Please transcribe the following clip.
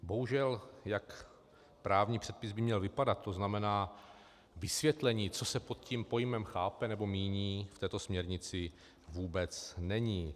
Bohužel, jak právní předpis by měl vypadat, to znamená vysvětlení, co se pod tím pojmem chápe nebo míní, v této směrnici vůbec není.